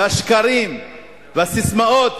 והשקרים והססמאות,